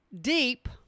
deep